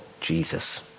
Jesus